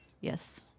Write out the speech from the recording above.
Yes